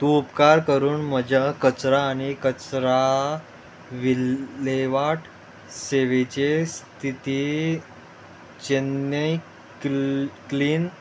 तूं उपकार करून म्हज्या कचरा आनी कचरा विलेवाट सेवेचे स्थिती चेन्नई क्ल क्लीन